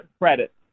credit